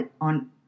on